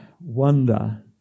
wonder